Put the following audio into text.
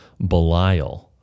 Belial